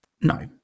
no